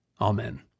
Amen